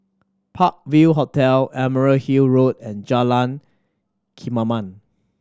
Park View Hotel Emerald Hill Road and Jalan Kemaman